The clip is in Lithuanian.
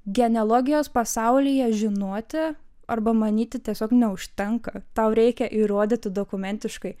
genealogijos pasaulyje žinoti arba manyti tiesiog neužtenka tau reikia įrodyti dokumentiškai